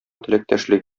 теләктәшлек